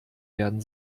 werden